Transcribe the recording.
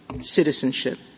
citizenship